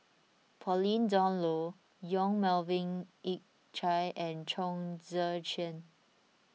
Pauline Dawn Loh Yong Melvin Yik Chye and Chong Tze Chien